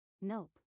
Nope